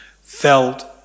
felt